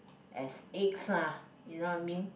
as eggs [ah]you know what I mean